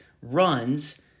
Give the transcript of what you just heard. runs